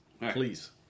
Please